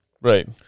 Right